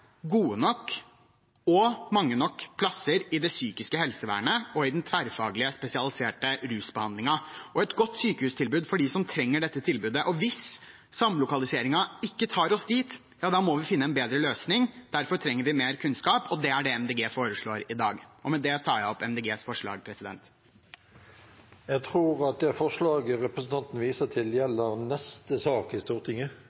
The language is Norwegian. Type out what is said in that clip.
psykiske helsevernet og i den tverrfaglige, spesialiserte rusbehandlingen og et godt sykehustilbud for dem som trenger dette tilbudet. Hvis samlokaliseringen ikke tar oss dit, ja, da må vi finne en bedre løsning. Derfor trenger vi mer kunnskap, og det er det Miljøpartiet De Grønne foreslår i dag.